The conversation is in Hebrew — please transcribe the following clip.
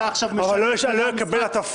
גם השתנה